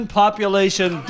population